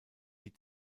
die